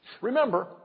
Remember